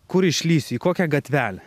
kur išlįsiu į kokią gatvelę